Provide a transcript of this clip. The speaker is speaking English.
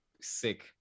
sick